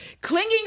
clinging